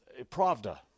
Pravda